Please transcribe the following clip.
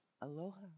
aloha